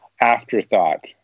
afterthought